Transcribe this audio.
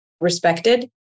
respected